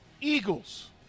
Eagles